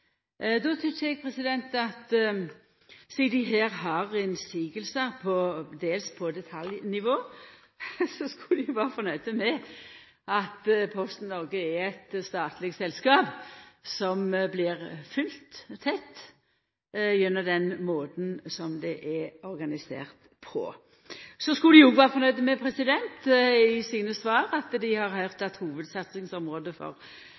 Då synest eg at sidan dei her har innseiingar, dels på detaljnivå, skulle dei vore fornøgde med at Posten Noreg er eit statleg selskap, som blir følgt tett gjennom den måten som selskapet er organisert på. Dei skulle òg i sine svar vore fornøgde med at dei har høyrt at hovudsatsingsområdet for